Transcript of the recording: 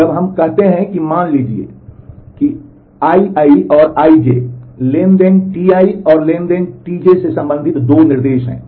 अब हम कहते हैं कि मान लीजिए कि Ii और Ij ट्रांज़ैक्शन Ti और ट्रांज़ैक्शन Tj से संबंधित 2 निर्देश हैं